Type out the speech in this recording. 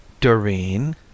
Doreen